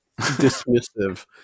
dismissive